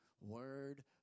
word